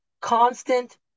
constant